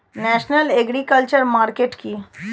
National agriculture market কি?